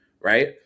Right